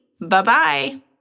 Bye-bye